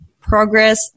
progress